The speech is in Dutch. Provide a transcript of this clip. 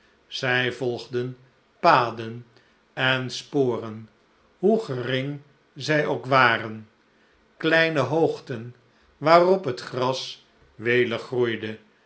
zij volgden paden en sporen hoe gering zij ook waren kleine hoogten waarop het gras welig groeide